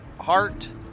heart